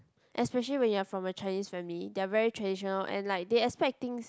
especially when you're from a Chinese family they are very traditional and like they expect things